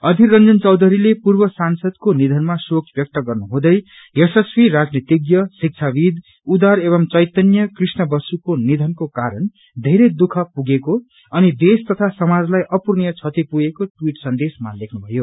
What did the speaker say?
अधीर रंजन चौधरीले पूर्व सांसदको निधनमा शोक ब्यक्त गर्नु हुँदै यशस्वी राजनीतिज्ञ शिक्षाविद उदार एवं चैतन्य कृष्णा बसुको निधनको कारण धेरै दुःख पुगेको अनि देश तथा समाजलाई अपूरणीय क्षति पुगेको ट्विट सन्देशमा लेखनु भयो